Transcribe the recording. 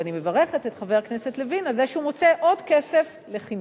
ואני מברכת את חבר הכנסת לוין על זה שהוא מוצא עוד כסף לחינוך.